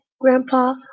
grandpa